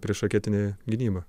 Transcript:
priešraketinę gynybą